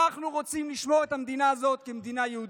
אנחנו רוצים לשמור את המדינה הזאת כמדינה יהודית.